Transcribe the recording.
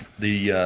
the